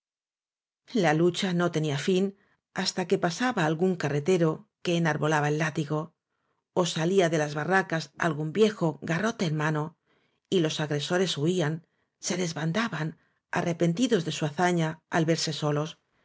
la lucha no tenía fin hasta cue pasaba al gún carretero que enarbolaba el látigo ó salía de las barracas al gún viejo garrote en mano y los agre sores huían se des bandaban arrepentidos de su hazaña al verse solos